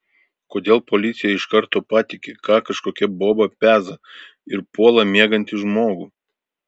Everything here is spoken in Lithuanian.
kodėl policija iš karto patiki ką kažkokia boba peza ir puola miegantį žmogų